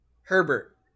Herbert